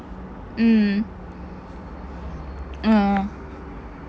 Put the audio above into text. mm mm